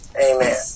Amen